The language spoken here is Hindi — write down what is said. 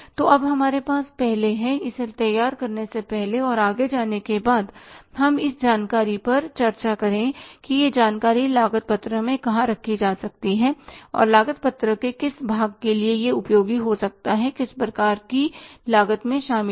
तो अब हमारे पास पहले है इसे तैयार करने से पहले और आगे जाने के बाद हम इस जानकारी पर चर्चा करें कि यह जानकारी लागत पत्रक में कहाँ रखी जा सकती है और लागत पत्रक के किस भाग के लिए यह उपयोगी हो सकता है किस प्रकार की लागत में शामिल है